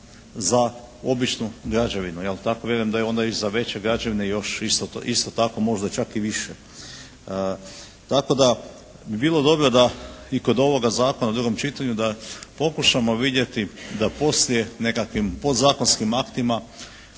za običnu građevinu, tako vjerujem da je onda i za veće građevine još isto tako, možda čak i više. Tako da bi bilo dobro da i kod ovoga Zakona u drugom čitanju da pokušamo vidjeti da poslije nekakvim podzakonskim aktima